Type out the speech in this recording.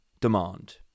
demand